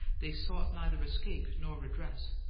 they sought neither escape nor redress,